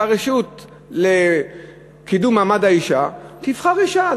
שהרשות לקידום מעמד האישה תבחר אישה.